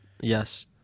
Yes